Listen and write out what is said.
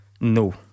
No